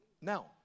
Now